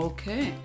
Okay